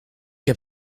heb